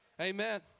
Amen